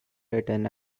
written